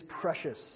precious